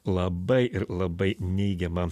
labai ir labai neigiamą